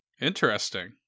Interesting